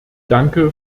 danke